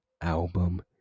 album